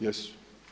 Jesu.